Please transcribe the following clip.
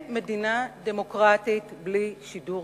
אלא בגלל הקשר הישיר בין דמוקרטיה ובין שידור